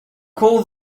call